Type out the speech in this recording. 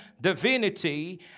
divinity